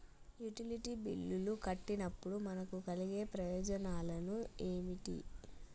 Utility బిల్లులు కట్టినప్పుడు మనకు కలిగే ప్రయోజనాలు ఏమిటి?